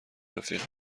رفیق